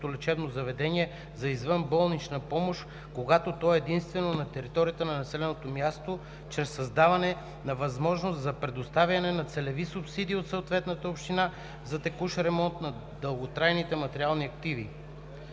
за извънболнична помощ, когато то е единствено на територията на населеното място, чрез създаване на възможност за предоставяне на целеви субсидии от съответната община за текущ ремонт на дълготрайни материални активи.